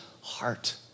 heart